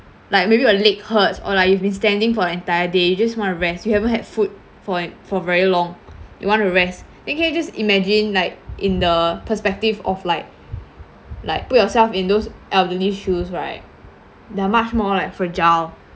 like maybe your leg hurts or like you've been standing for entire day just wanna rest you haven't had food for a for very long you wanna rest you can just imagine like in the perspective of like like put yourself in those elderly's shoes right they're much more like fragile